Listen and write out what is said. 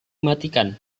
matikan